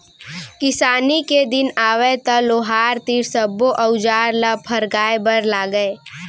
किसानी के दिन आवय त लोहार तीर सब्बो अउजार ल फरगाय बर लागय